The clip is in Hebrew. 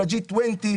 של ה-20G.